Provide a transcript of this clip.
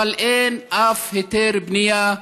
אבל אין אף היתר בנייה,